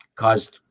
caused